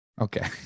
Okay